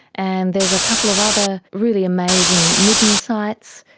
and there's a couple of other really amazing midden sites.